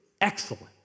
excellent